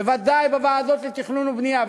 בוודאי בוועדות לתכנון ובנייה.